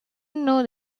know